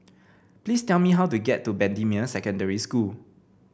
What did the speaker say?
please tell me how to get to Bendemeer Secondary School